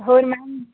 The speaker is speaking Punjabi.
ਹੋਰ ਮੈਮ